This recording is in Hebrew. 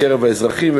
בקרב האזרחים,